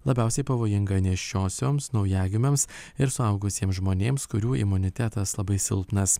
labiausiai pavojinga nėščiosioms naujagimiams ir suaugusiems žmonėms kurių imunitetas labai silpnas